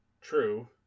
True